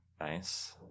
Nice